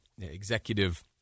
executive